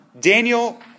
Daniel